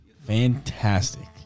Fantastic